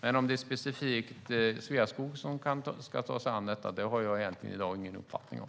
Men om det är specifikt Sveaskog som ska ta sig an detta har jag i dag egentligen inte någon uppfattning om.